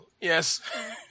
Yes